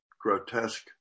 grotesque